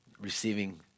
receiving